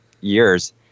years